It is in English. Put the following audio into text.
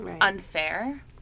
unfair